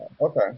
Okay